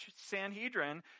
Sanhedrin